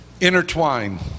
intertwine